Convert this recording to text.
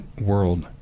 world